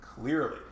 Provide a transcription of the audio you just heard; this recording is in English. clearly